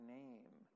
name